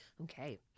Okay